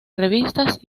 revistas